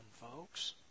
folks